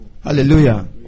Hallelujah